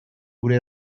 gure